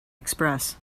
express